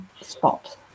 spot